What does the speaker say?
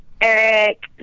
Eric